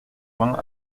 vingt